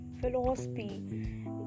philosophy